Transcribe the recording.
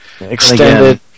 Extended